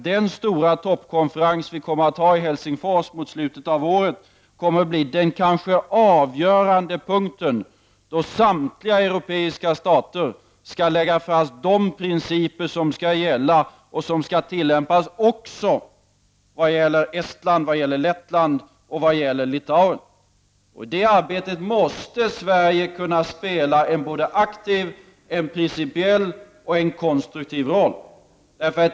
Den stora toppkonferens som kommer att hållas i Helsingfors mot slutet av året kommer att bli den kanske avgörande punkten, då samtliga europeiska stater skall lägga fast de principer som skall gälla och som skall tillämpas också vad gäller Estland, Lettland och Litauen. I det arbetet måste Sverige kunna spela en aktiv, en principiell och en konstruktiv roll.